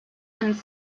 and